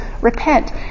repent